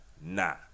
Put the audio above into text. Nah